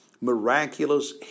miraculous